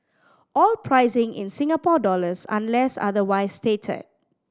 all pricing in Singapore dollars unless otherwise stated